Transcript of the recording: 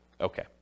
Okay